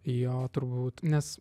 jo turbūt nes